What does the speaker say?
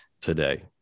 today